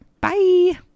Bye